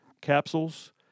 capsules